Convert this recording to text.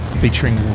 featuring